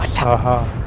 and